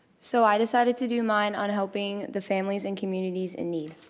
so i decided to do mine on helping the families and communities in need.